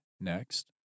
next